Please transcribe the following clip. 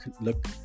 look